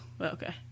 okay